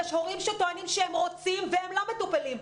יש הורים שטוענים שהם רוצים והם לא מטופלים.